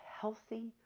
healthy